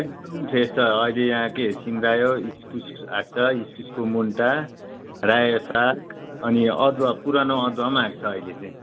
एकदम फ्रेस छ अहिले यहाँ के सिमरायो इस्कुस आएको छ इस्कुसको मुन्टा रायो साग अनि अदुवा पुरानो अदुवा पनि आएको छ अहिले चाहिँ